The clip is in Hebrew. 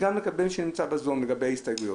גם לגבי מי שנמצא בזום לגבי הסתייגויות.